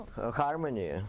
harmony